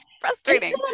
frustrating